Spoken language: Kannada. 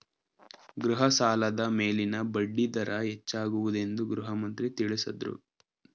ಗೃಹ ಸಾಲದ ಮೇಲಿನ ಬಡ್ಡಿ ದರ ಹೆಚ್ಚಾಗುವುದೆಂದು ಗೃಹಮಂತ್ರಿ ತಿಳಸದ್ರು